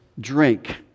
drink